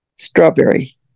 Strawberry